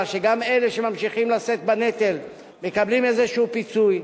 שגם אלה שממשיכים לשאת בנטל מקבלים איזשהו פיצוי.